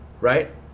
right